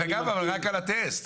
רק על הטסט.